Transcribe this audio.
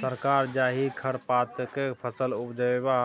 सरकार जाहि खरपातकेँ फसल उपजेबा